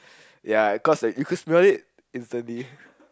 ya cause like you could smell it instantly